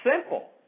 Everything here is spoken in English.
simple